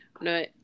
No